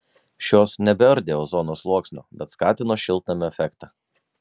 šios nebeardė ozono sluoksnio bet skatino šiltnamio efektą